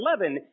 2011